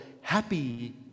happy